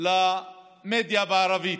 למדיה בערבית.